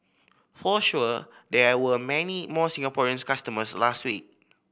for sure there were many more Singaporeans customers last week